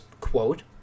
quote